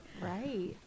Right